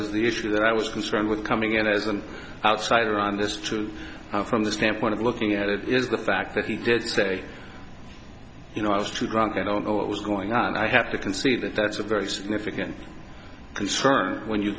is the issue that i was concerned with coming out as an outsider on this too from the standpoint of looking at it is the fact that he did say you know i was too drunk i don't know what was going on and i have to concede that that's a very significant concern when you